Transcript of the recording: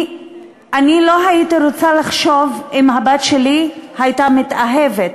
לא הייתי רוצה לחשוב, אם הבת שלי הייתה מתאהבת